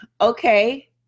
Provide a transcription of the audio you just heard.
Okay